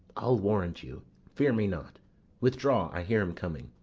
i'll warrant you fear me not withdraw i hear him coming.